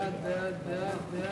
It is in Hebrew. התשס"ט 2009,